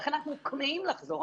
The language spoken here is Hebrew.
ולכן אנחנו כמהים לחזור.